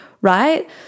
right